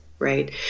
right